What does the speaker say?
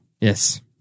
Yes